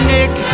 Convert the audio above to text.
Nick